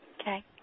Okay